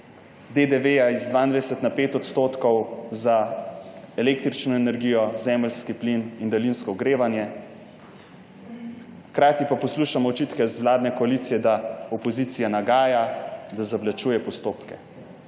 DDV z 22 na 5 % za električno energijo, zemeljski plin in daljinsko ogrevanje. Hkrati pa poslušamo očitke z vladne koalicije, da opozicija nagaja, da zavlačuje postopke.